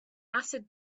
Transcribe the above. acid